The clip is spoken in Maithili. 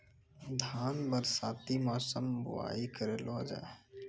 धान बरसाती मौसम बुवाई करलो जा?